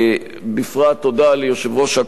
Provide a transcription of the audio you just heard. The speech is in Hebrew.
בפרט תודה ליושב-ראש הקואליציה,